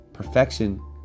Perfection